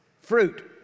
fruit